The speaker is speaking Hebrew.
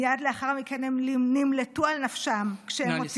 מייד לאחר מכן גם הם נמלטו על נפשם, נא לסיים.